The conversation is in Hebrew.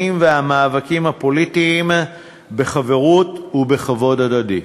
והמאבקים הפוליטיים בחברות ובכבוד הדדי.